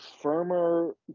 firmer